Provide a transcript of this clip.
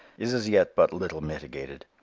is as yet but little mitigated.